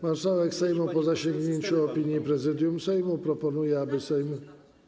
Marszałek Sejmu po zasięgnięciu opinii Prezydium Sejmu proponuje, aby Sejm.